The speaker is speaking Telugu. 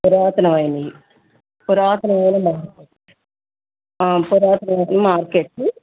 పురాతనమైనవి పురాతనమైన మార్కెట్ పురాతనమైన మార్కెట్టు